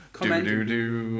Do-do-do